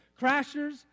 Crashers